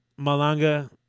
Malanga